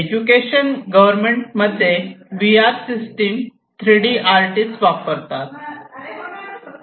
education government मध्ये V R system 3d artist वापरतात